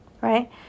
Right